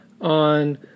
on